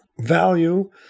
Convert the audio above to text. value